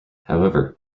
however